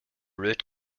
route